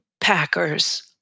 packers